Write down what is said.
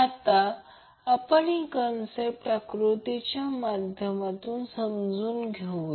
आता आपण ही कांसेप्ट आकृतीच्या आधारे समजून घेऊया